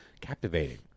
captivating